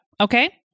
okay